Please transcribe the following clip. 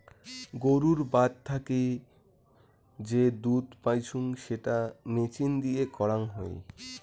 গুরুর বাত থাকি যে দুধ পাইচুঙ সেটা মেচিন দিয়ে করাং হই